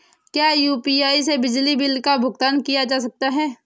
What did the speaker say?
क्या यू.पी.आई से बिजली बिल का भुगतान किया जा सकता है?